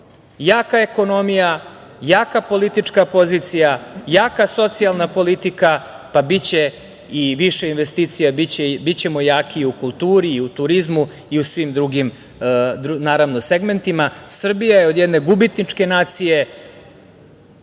jaka ekonomija, jaka politička pozicija, jaka socijalna politika, pa biće i više investicija, bićemo jaki i u kulturi, u turizmu i u svim drugim segmentima. Srbija je od jedne gubitničke nacije